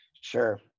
sure